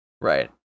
right